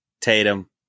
Tatum